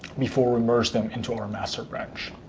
before we merge them into our master branch.